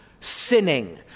sinning